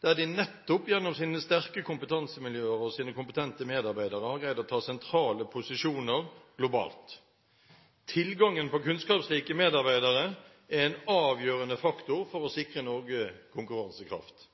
der de nettopp gjennom sine sterke kompetansemiljøer og sine kompetente medarbeidere har greid å ta sentrale posisjoner globalt. Tilgangen på kunnskapsrike medarbeidere er en avgjørende faktor for å sikre Norge konkurransekraft.